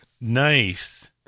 Nice